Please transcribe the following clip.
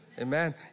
Amen